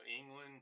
England